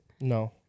No